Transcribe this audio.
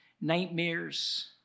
nightmares